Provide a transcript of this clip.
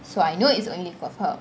so I know it's only from her